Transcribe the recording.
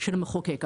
של המחוקק.